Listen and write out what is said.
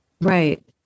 Right